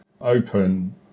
open